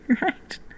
right